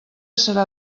serà